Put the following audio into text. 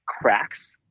cracks